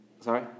Sorry